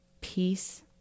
peace